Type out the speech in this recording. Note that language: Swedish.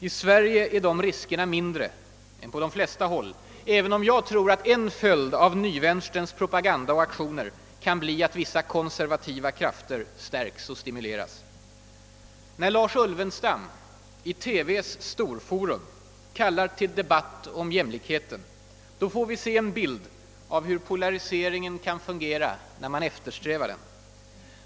I Sverige är dessa risker mindre än på de flesta håll, även om jag tror att en följd av nyvänsterns propaganda och aktioner kan bli att vissa konservativa krafter stärks och stimuleras. När Lars Ulvenstam i TV:s program Storforum kallar till debatt om jämlikheten får vi en bild av hur polariseringen kan fungera när man eftersträvar den.